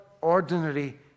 ordinary